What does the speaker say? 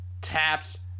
taps